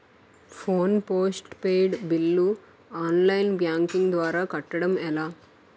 Phone postpaid bill online banking ద్వారా కట్టడం ఎలా?